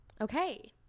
Okay